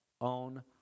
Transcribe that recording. own